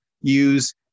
use